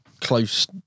close